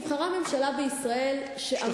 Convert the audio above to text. נבחרה ממשלה בישראל שאמרה לציבור,